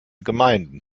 gemeinden